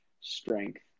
strength